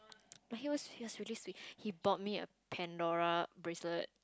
like he was he was really sweet he bought me a Pandora bracelet